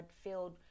filled